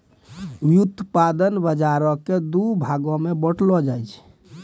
व्युत्पादन बजारो के दु भागो मे बांटलो जाय छै